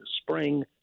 spring